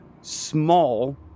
small